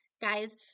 guys